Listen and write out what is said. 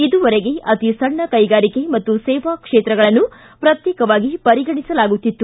ಇದುವರೆಗೆ ಅತೀ ಸಣ್ಣ ಕೈಗಾರಿಕೆ ಮತ್ತು ಸೇವಾ ಕ್ಷೇತ್ರಗಳನ್ನು ಪ್ರತ್ಯೇಕವಾಗಿ ಪರಿಗಣಿಸಲಾಗುತ್ತಿತ್ತು